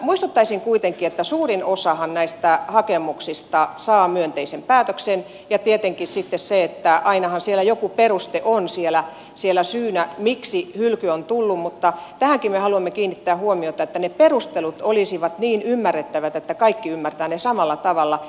muistuttaisin kuitenkin että suurin osahan näistä hakemuksista saa myönteisen päätöksen ja tietenkin sitten se että ainahan siellä joku peruste on syynä miksi hylky on tullut mutta tähänkin me haluamme kiinnittää huomiota että ne perustelut olisivat niin ymmärrettävät että kaikki ymmärtävät ne samalla tavalla